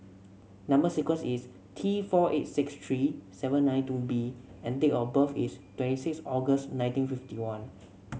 number sequence is T four eight six three seven nine two B and date of birth is twenty six August nineteen fifty one